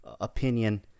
opinion